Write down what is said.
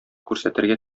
күрсәтергә